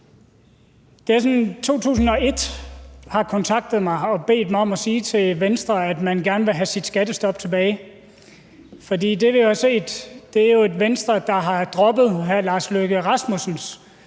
2001 har kontaktet mig og bedt mig om at sige til Venstre, at man gerne vil have sit skattestop tilbage, for det, vi har set, er jo et Venstre, der har droppet hr. Lars Løkke Rasmussens